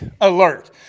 alert